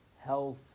health